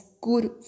good